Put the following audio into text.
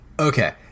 Okay